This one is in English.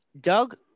Doug